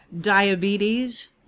diabetes